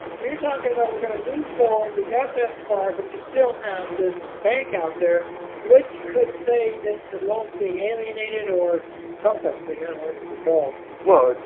you're talking about, we're gonna move forward. we got that far. but you still have this bank out there, which could say that the loans being alienated or some pests, they are holding the ball? well,